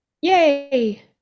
Yay